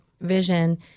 Vision